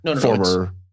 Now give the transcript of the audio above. former